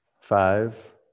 Five